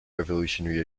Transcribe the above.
revolutionary